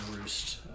roost